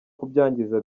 kubyangiza